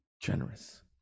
generous